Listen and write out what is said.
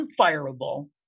unfireable